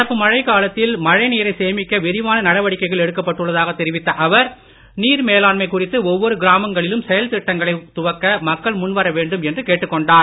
நடப்பு மழை காலத்தில் மழை நீரை சேமிக்க விரிவான நடவடிக்கைகள் எடுக்கப்பட்டுள்ளதாக தெரிவித்த அவர் நீர் மேலாண்மை குறித்து ஒவ்வொரு கிராமங்களிலும் செயல் திட்டங்களை துவக்க மக்கள் முன்வர வேண்டும் என்றும் கேட்டுக் கொண்டார்